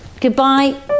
Goodbye